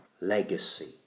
Legacy